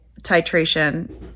titration